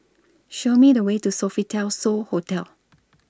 Show Me The Way to Sofitel So Hotel